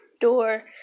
door